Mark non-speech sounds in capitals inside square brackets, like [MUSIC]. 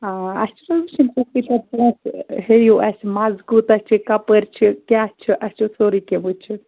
آ اَسہِ چھُ [UNINTELLIGIBLE] ہیٛیِو اَسہِ مز کوٗتاہ چھِ کَپٲرۍ چھِ کیٛاہ چھِ اَسہِ چھُ سورُے کیٚنٛہہ وٕچھُن